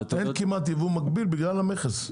אין כמעט יבוא מקביל בגלל המכס,